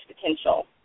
potential